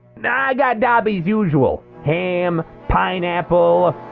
guy i got dabi's usual. ham, pineapple.